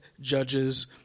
judges